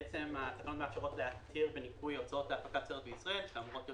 התקנות מאפשרות להכיר בניכוי ההוצאות להפקת סרט בישראל שאמורות להיות